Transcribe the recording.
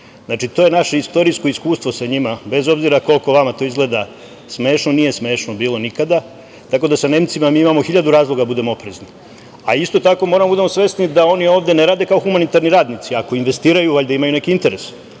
Znači, to je naše istorijsko iskustvo sa njima, bez obzira kako vama to izgleda smešno, nije smešno, nije smešno bilo nikada, tako da sa Nemcima mi imamo hiljadu razloga da budemo oprezni. Isto tako moramo da budemo svesni da oni ovde ne rade kao humanitarni radnici. Ako investiraju valjda imaju neki interes,